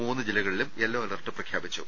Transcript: മൂന്നു ജില്ലകളിലും yellow alert പ്രഖ്യാപിച്ചു